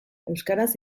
euskaraz